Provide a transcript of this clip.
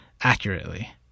accurately